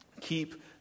keep